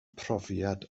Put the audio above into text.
profiad